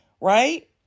right